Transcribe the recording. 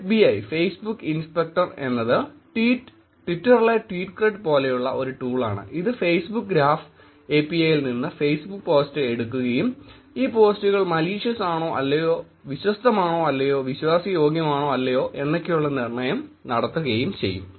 FBI Facebook inspector എന്നത് ട്വിറ്ററിലെ tweet cred പോലെയുള്ള ഒരു ടൂൾ ആണ് ഇത് ഫേസ്ബുക് ഗ്രാഫ് API യിൽ നിന്ന് ഫേസ്ബുക് പോസ്റ്റ് എടുക്കുകയും ഈ പോസ്റ്റുകൾ ക്ഷുദ്രമാണോ അല്ലയോ വിശ്വസ്തമാണോ അല്ലയോ വിശ്വാസയോഗ്യമാണോ അല്ലയോ എന്നൊക്കെയുള്ള നിർണ്ണയം നടത്തുകയും ചെയ്യും